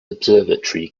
observatory